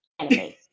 enemies